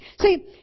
See